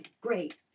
Great